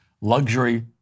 luxury